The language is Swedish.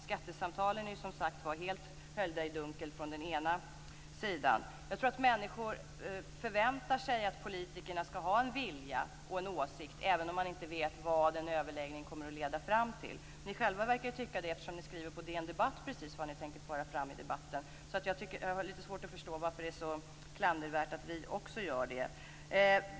Skattesamtalen är ju som sagt var helt höljda i dunkel från den ena sidan. Jag tror att människor förväntar sig att politikerna skall ha en vilja och en åsikt, även om man inte vet vad en överläggning kommer att leda fram till. Ni själva verkar ju tycka det, eftersom ni skriver på DN Debatt precis vad ni tänker föra fram i debatten. Jag har därför lite svårt att förstå varför det är så klandervärt att vi också gör det.